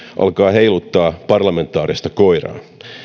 alkaa heiluttaa parlamentaarista koiraa